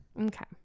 okay